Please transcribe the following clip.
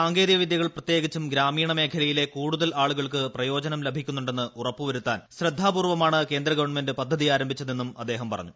സാങ്കേതിക വിദ്യകൾ പ്രത്യേകിച്ചും ഗ്രാമീണ മേഖലയിലെ കൂടുതൽ ആളുകൾക്ക് പ്രയോജനം ലഭിക്കുന്നു ന്ന് ഉറപ്പ് വരുത്താൻ ശ്രദ്ധാപൂർവ്വമാണ് കേന്ദ്രഗവൺമെന്റ് പദ്ധതി ആരംഭിച്ചതെന്നും അദ്ദേഹം പറഞ്ഞു